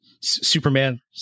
superman